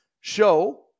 Show